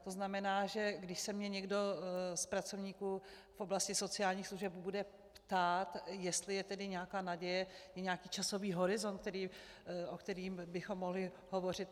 To znamená, že když se mě někdo z pracovníků v oblasti sociálních služeb bude ptát, jestli je tedy nějaká naděje, je nějaký časový horizont, o kterém bychom mohli hovořit?